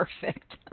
perfect